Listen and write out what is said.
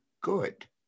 good